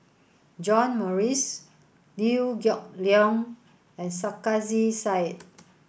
John Morrice Liew Geok Leong and Sarkasi Said